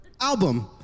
album